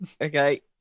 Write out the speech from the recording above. okay